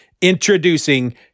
introducing